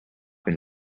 been